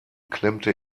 klemmte